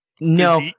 No